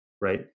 right